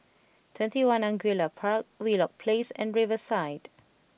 Twenty One Angullia Park Wheelock Place and Riverside